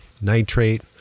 nitrate